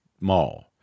Mall